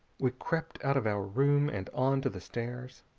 we crept out of our room and on to the stairs.